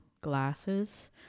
glasses